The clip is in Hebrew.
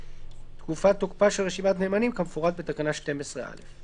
"תקופת תוקפה של רשימת נאמנים" כמפורט בתקנה 12(א).".